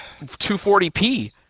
240p